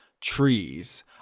trees